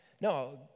No